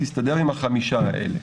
'תסתדר עם החמישה האלה'.